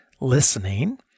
listening